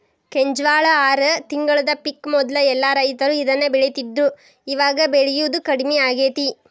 ಕೆಂಜ್ವಾಳ ಆರ ತಿಂಗಳದ ಪಿಕ್ ಮೊದ್ಲ ಎಲ್ಲಾ ರೈತರು ಇದ್ನ ಬೆಳಿತಿದ್ರು ಇವಾಗ ಬೆಳಿಯುದು ಕಡ್ಮಿ ಆಗೇತಿ